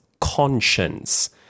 conscience